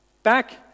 Back